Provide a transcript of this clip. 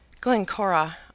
Glencora